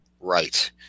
right